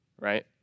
right